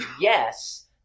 yes